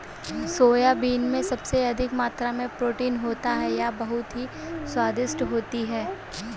soybean में सबसे अधिक मात्रा में प्रोटीन होता है यह बहुत ही स्वादिष्ट होती हैं